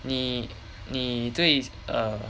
你你对 err